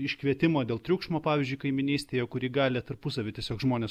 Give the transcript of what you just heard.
iškvietimą dėl triukšmo pavyzdžiui kaimynystėje kurį gali tarpusavy tiesiog žmonės